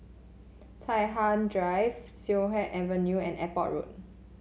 Tai Hwan Drive Siak Kew Avenue and Airport Road